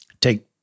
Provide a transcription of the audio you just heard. Take